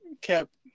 kept